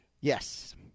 Yes